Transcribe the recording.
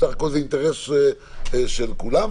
בסך הכול זה אינטרס של כולם.